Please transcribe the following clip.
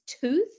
tooth